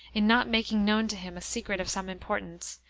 in not making known to him a secret of some importance,